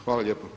Hvala lijepa.